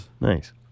Nice